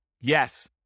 Yes